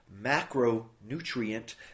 macronutrient